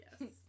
yes